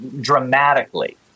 dramatically